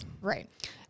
Right